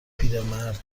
پیرمردو